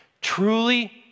Truly